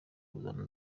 kuzana